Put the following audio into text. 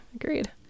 agreed